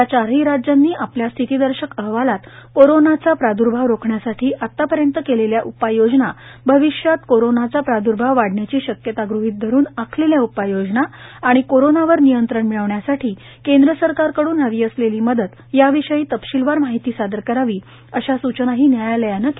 या चारही राज्यांनी आपल्या स्थितीदर्शक अहवालात कोरोनाचा प्राद्र्भाव रोखण्यासाठी आतापर्यंत केलेल्या उपाययोजना भविष्यात कोरोनाचा प्रादुर्भाव वाढण्याची शक्यता ग़हीत धरून आखलेल्या उपाययोजना आणि कोरोनावर नियंत्रण मिळवण्यासाठी केंद्र सरकारकड्न हवी असलेली मदत याविषयी तपशीलवार माहिती सादर करावी अशा सूचनाही न्यायालयाने केल्या आहेत